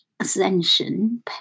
Ascension